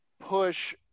push